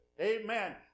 Amen